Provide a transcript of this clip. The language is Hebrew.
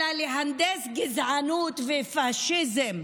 אלא להנדס גזענות ופשיזם.